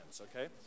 okay